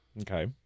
Okay